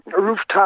rooftop